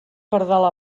pardal